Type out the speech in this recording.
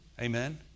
Amen